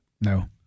no